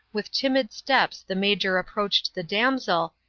with timid steps the major approached the damsel,